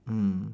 mm